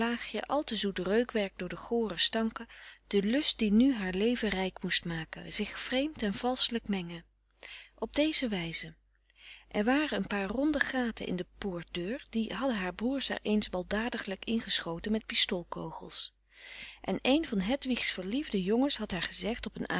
al te zoet reukwerk door de gore stanken de lust die nu haar leven rijk moest maken zich vreemd en valschelijk mengen op deze wijze er waren een paar ronde gaten in de poortdeur die hadden haar broers er eens baldadiglijk in geschoten met pistoolkogels en een van hedwigs verliefde jongens had haar gezegd op een